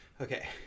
okay